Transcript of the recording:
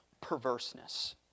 perverseness